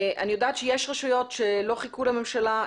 אני יודעת שיש רשויות שלא חיכו לממשלה,